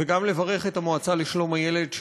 וגם לברך את המועצה לשלום הילד,